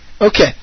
Okay